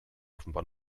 offenbar